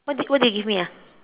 what did what did you give me ah